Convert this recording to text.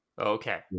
Okay